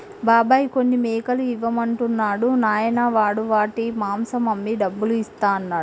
బాబాయ్ కొన్ని మేకలు ఇవ్వమంటున్నాడు నాయనా వాడు వాటి మాంసం అమ్మి డబ్బులు ఇస్తా అన్నాడు